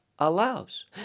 allows